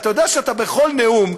אתה יודע שאתה בכל נאום,